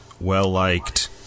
well-liked